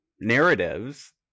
narratives